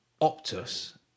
Optus